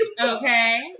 Okay